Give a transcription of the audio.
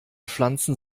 pflanzen